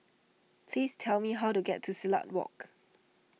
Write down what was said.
please tell me how to get to Silat Walk